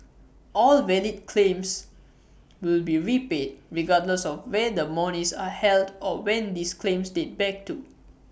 all valid claims will be repaid regardless of where the monies are held or when these claims date back to